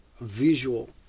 visual